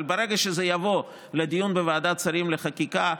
אבל ברגע שזה יבוא לדיון בוועדת שרים לחקיקה,